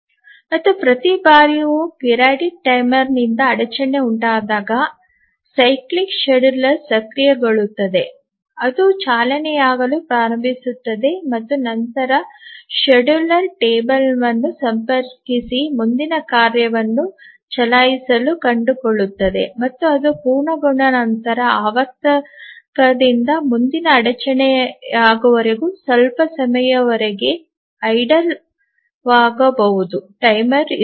ಮತ್ತು ಪ್ರತಿ ಬಾರಿಯೂ ಆವರ್ತಕ ಟೈಮರ್ನಿಂದ ಅಡಚಣೆ ಉಂಟಾದಾಗ ಆವರ್ತಕ ವೇಳಾಪಟ್ಟಿ ಸಕ್ರಿಯಗೊಳ್ಳುತ್ತದೆ ಅದು ಚಾಲನೆಯಾಗಲು ಪ್ರಾರಂಭಿಸುತ್ತದೆ ಮತ್ತು ನಂತರ ವೇಳಾಪಟ್ಟಿ ಕೋಷ್ಟಕವನ್ನು ಸಂಪರ್ಕಿಸಿ ಮುಂದಿನ ಕಾರ್ಯವನ್ನು ಚಲಾಯಿಸಲು ಕಂಡುಕೊಳ್ಳುತ್ತದೆ ಮತ್ತು ಅದು ಪೂರ್ಣಗೊಂಡ ನಂತರ ಆವರ್ತಕದಿಂದ ಮುಂದಿನ ಅಡಚಣೆಯಾಗುವವರೆಗೆ ಸ್ವಲ್ಪ ಸಮಯದವರೆಗೆ ನಿಷ್ಕ್ರಿಯವಾಗಬಹುದು ಟೈಮರ್ ಬರುತ್ತದೆ